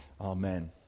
Amen